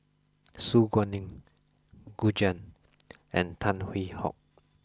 Su Guaning Gu Juan and Tan Hwee Hock